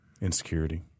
Insecurity